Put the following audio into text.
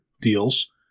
deals